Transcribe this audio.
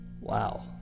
Wow